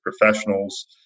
professionals